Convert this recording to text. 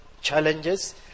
challenges